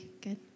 good